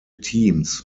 teams